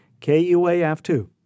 KUAF2